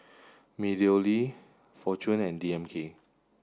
MeadowLea Fortune and D M K